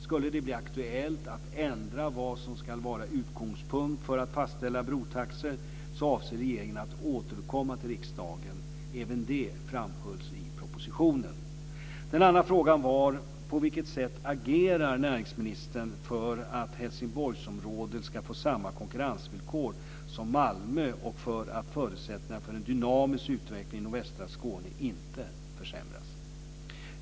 Skulle det bli aktuellt att ändra vad som ska vara utgångspunkt för att fastställa brotaxor avser regeringen att återkomma till riksdagen. Även det framhölls i propositionen. Den andra frågan var: På vilket sätt agerar näringsministern för att Helsingborgsområdet ska få samma konkurrensvillkor som Malmö och för att förutsättningarna för en dynamisk utveckling i nordvästra Skåne inte ska försämras?